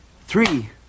three